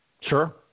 Sure